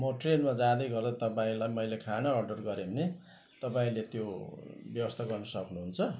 म ट्रेनमा जाँदै गर्दा तपाईँलाई मैले खाना अर्डर गरेँ भने तपाईँले त्यो ब्यवस्था गर्न सक्नुहुन्छ